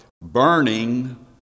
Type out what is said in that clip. burning